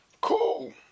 Cool